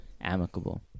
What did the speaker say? amicable